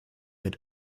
mit